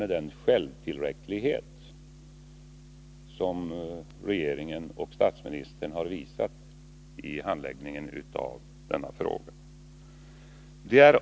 Den självtillräcklighet som regeringen och statsministern har visat i samband med handläggningen av frågan är självfallet inte bra.